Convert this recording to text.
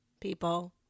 people